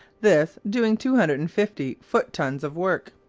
this doing two hundred and fifty foot-tons of work.